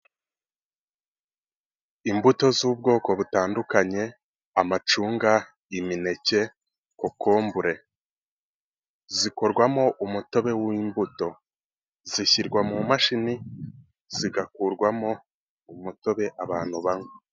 Imbuto z'ubwoko butandukanye, amacunga, imineke, kokombure. Zikorwamo umutobe w'imbuto. Zishyirwa mu mashini, zigakurwamo umutobe abantu banywa.